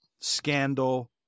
scandal